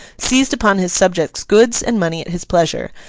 seized upon his subjects' goods and money at his pleasure,